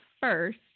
first